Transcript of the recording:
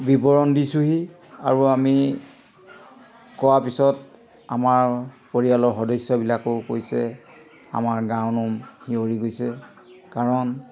বিৱৰণ দিছোঁহি আৰু আমি কোৱাৰ পিছত আমাৰ পৰিয়ালৰ সদস্যবিলাকেও কৈছে আমাৰ গাৰ নোম শিয়ঁৰি গৈছে কাৰণ